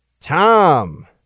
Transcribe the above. Tom